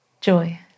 Joy